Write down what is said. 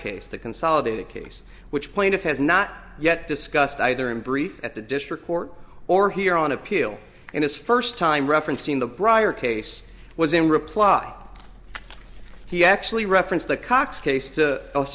case the consolidated case which plaintiff has not yet discussed either in brief at the district court or here on appeal and his first time referencing the prior case was in reply he actually referenced the cox case to a